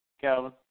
Calvin